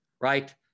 right